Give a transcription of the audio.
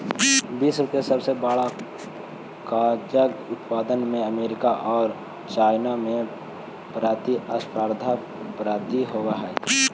विश्व के सबसे बड़ा कागज उत्पादक में अमेरिका औउर चाइना में प्रतिस्पर्धा प्रतीत होवऽ हई